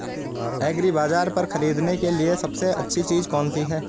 एग्रीबाज़ार पर खरीदने के लिए सबसे अच्छी चीज़ कौनसी है?